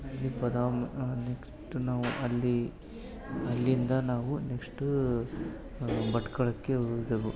ನಿಪ್ಪದ next ನಾವು ಅಲ್ಲಿ ಅಲ್ಲಿಂದ ನಾವು ನೆಕ್ಷ್ಟ ಭಟ್ಕಳಕ್ಕೆ ಹೋದೆವು